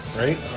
Right